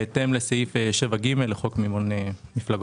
בהתאם לסעיף 7ג לחוק מימון מפלגות.